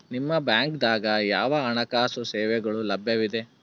ನಿಮ ಬ್ಯಾಂಕ ದಾಗ ಯಾವ ಹಣಕಾಸು ಸೇವೆಗಳು ಲಭ್ಯವಿದೆ?